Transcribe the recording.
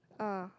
ah